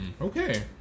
Okay